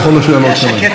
תעיר אותם.